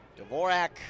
Dvorak